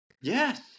yes